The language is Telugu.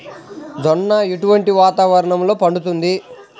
జొన్న ఎటువంటి వాతావరణంలో పండుతుంది?